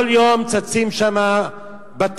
כל יום צצים שם בתים.